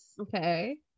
Okay